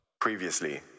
Previously